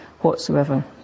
whatsoever